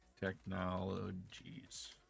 technologies